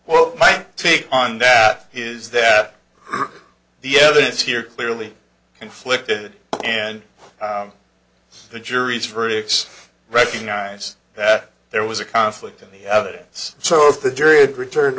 well my take on that is that the evidence here clearly conflicted and the jury's verdict recognise that there was a conflict in the evidence so if the jury returned